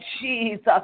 Jesus